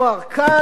מתל-אביב,